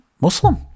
Muslim